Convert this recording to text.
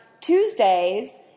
Tuesdays